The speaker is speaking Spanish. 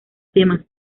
temas